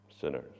sinners